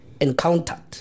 encountered